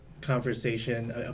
conversation